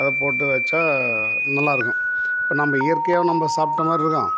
அதை போட்டு வெச்சா நல்லா இருக்கும் இப்போ நம்ப இயற்கையாக நம்ப சாப்பிட்ட மாதிரி இருக்கும்